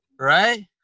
Right